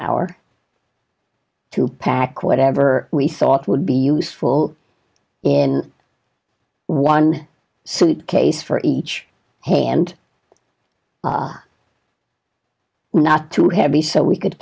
hour to pack whatever we thought would be useful in one suitcase for each hand not too heavy so we could